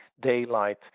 daylight